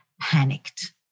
panicked